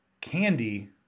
candy